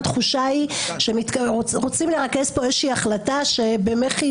התחושה היא שרוצים לרכז פה איזה החלטה שבמחי